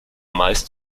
meist